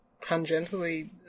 tangentially